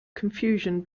confusion